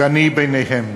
ואני ביניהם.